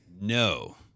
No